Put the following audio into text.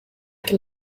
can